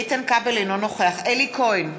אינו נוכח אלי כהן,